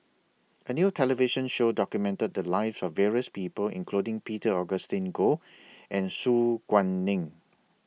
A New television Show documented The Lives of various People including Peter Augustine Goh and Su Guaning